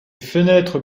fenêtres